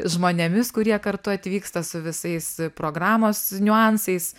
žmonėmis kurie kartu atvyksta su visais programos niuansais